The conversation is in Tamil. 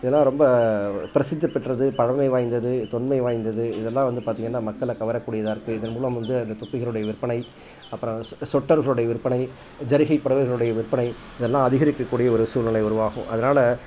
இதெல்லாம் ரொம்ப பிரசித்திப் பெற்றது பழமை வாய்ந்தது தொன்மை வாய்ந்தது இதெல்லாம் வந்து பார்த்திங்கன்னா மக்களை கவரக்கூடியதாக இருக்குது இதன் மூலம் வந்து அந்த தொப்பிகளுடைய விற்பனை அப்புறம் சொ சொட்டர்களுடைய விற்பனை ஜரிகை புடவைகளுடைய விற்பனை இதெல்லாம் அதிகரிக்கக்கூடிய ஒரு சூழ்நிலை உருவாகும் அதனால்